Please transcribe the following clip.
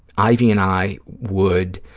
ivy and i would,